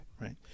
right